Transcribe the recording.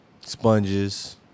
sponges